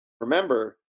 remember